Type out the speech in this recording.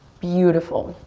beautiful.